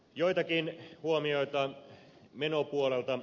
joitakin huomioita menopuolelta